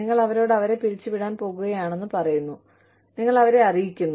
നിങ്ങൾ അവരോട് അവരെ പിരിച്ചുവിടാൻ പോകുകയാണെന്ന് പറയുന്നു നിങ്ങൾ അവരെ അറിയിക്കുന്നു